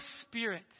spirit